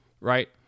right